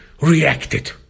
Reacted